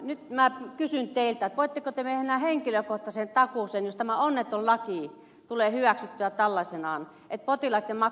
nyt minä kysyn teiltä että voitteko te mennä henkilökohtaiseen takuuseen jos tämä onneton laki tulee hyväksyttyä tällaisenaan että potilaitten maksut eivät todella nouse